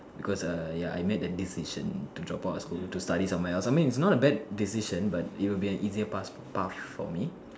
because err ya I made a decision to drop out of school to study somewhere else I mean it's not a bad decision but it will be an easier pass~ easier path for me